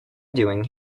doing